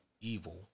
evil